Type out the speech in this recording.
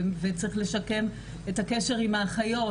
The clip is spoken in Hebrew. הוא צריך לשקם את הקשר עם האחיות,